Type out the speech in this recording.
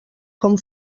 com